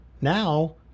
now